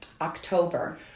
October